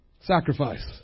Sacrifice